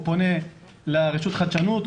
הוא פונה לרשות החדשנות?